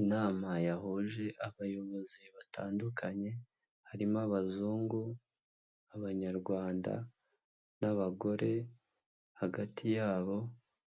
Inama yahuje abayobozi batandukanye harimo abazungu n'abanyarwanda n'abagore, hagati yabo